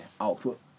output